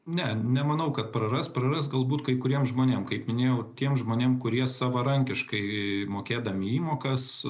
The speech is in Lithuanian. ne nemanau kad praras praras galbūt kai kuriems žmonėm kaip minėjau tiem žmonėm kurie savarankiškai mokėdami įmokas